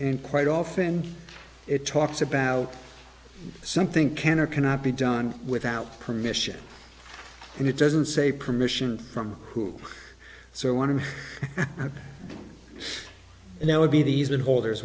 and quite often it talks about something can or cannot be done without permission and it doesn't say permission from who so want to now would be the reason holders